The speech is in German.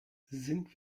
sind